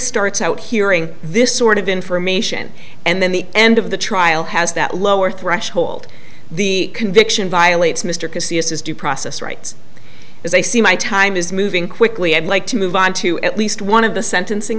starts out hearing this sort of information and then the end of the trial has that lower threshold the conviction violates mr cassius is due process rights as i see my time is moving quickly i'd like to move on to at least one of the sentencing